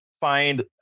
find